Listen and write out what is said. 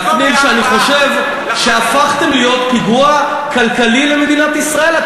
להפנים שאני חושב שהפכתם להיות פיגוע כלכלי למדינת ישראל.